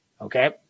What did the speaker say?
okay